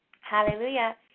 Hallelujah